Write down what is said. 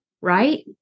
right